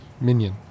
minion